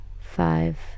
five